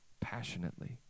passionately